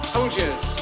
Soldiers